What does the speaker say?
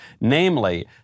Namely